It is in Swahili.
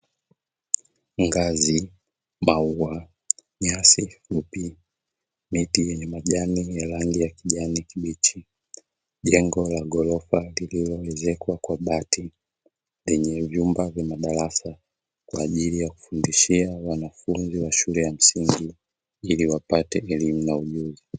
Ngazi, maua, nyasi fupi, miti yenye majani ya rangi ya kijani kibichi, jengo la ghorofa lililoezekwa kwa bati lenye vyumba vya madarasa; kwa ajili ya kufundishia wanafunzi wa shule ya msingi ili wapate elimu na ujuzi.